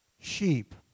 Sheep